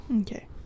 Okay